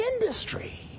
industry